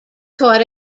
taught